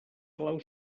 clau